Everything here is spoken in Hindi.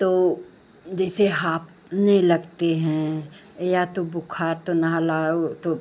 तो जैसे हांपने लगती हैं या तो बुख़ार तो नहलाओ तो